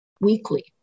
weekly